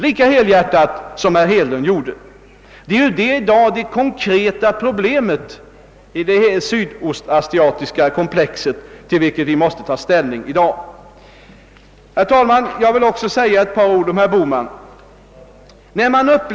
Det är ju det som är det konkreta problemet i det sydostasiatiska komplex som vi i dag skall ta ställning till. Sedan vill jag också säga några ord till herr Bohman.